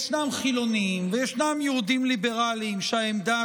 ישנם חילונים וישנם יהודים ליברליים שהעמדה